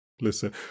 listen